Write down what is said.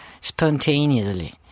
spontaneously